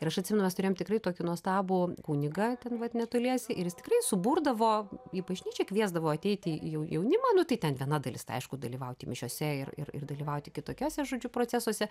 ir aš atsimenu mes turėjom tikrai tokį nuostabų kunigą ten vat netoliese ir jis tikrai suburdavo į bažnyčią kviesdavo ateiti jau jaunimą nu tai ten viena dalis tai aišku dalyvauti mišiose ir ir ir dalyvauti kitokiuose žodžiu procesuose